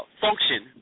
function